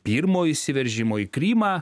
pirmo įsiveržimo į krymą